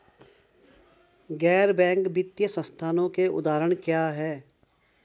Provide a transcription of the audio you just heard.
गैर बैंक वित्तीय संस्थानों के उदाहरण क्या हैं?